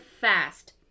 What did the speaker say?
fast